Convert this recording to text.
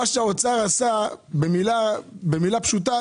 במילים פשוטות,